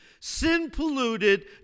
sin-polluted